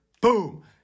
Boom